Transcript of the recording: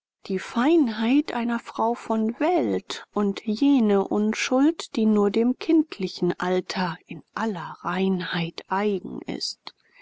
die feinheit einer frau von welt und jene unschuld die nur dem kindlichen alter in aller reinheit eigen ist